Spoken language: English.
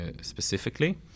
specifically